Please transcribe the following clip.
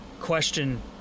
question